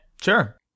sure